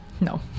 No